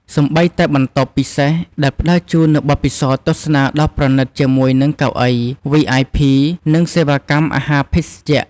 សូម្បីតែបន្ទប់ ពិសេស ដែលផ្តល់ជូននូវបទពិសោធន៍ទស្សនាដ៏ប្រណិតជាមួយនឹងកៅអី វីអៃភី និងសេវាកម្មអាហារភេសជ្ជៈ។